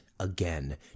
Again